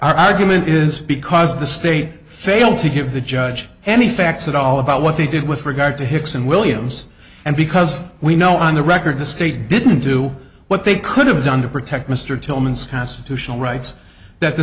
argument is because the state failed to give the judge any facts at all about what they did with regard to hicks and williams and because we know on the record the state didn't do what they could have done to protect mr tillman's constitutional rights that the